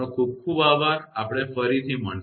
ખૂબ ખૂબ આભાર આપણે ફરી પાછા મળીશું